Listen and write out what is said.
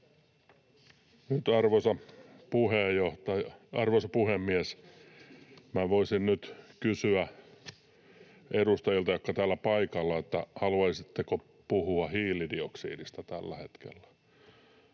eri sivuilta. Nyt, arvoisa puhemies, voisin kysyä edustajilta, jotka ovat täällä paikalla, että haluaisitteko puhua hiilidioksidista tällä hetkellä.